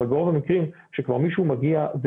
אבל ברוב המקרים כשכבר מישהו מגיע,